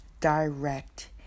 direct